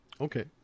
okay